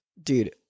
Dude